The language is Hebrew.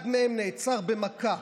אחד מהם נעצר במכה,